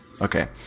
Okay